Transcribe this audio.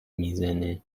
میزنه